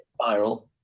spiral